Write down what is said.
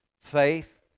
faith